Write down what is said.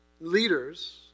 leaders